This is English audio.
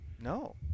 No